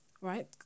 Right